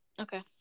okay